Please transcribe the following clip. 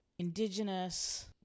Indigenous